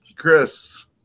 Chris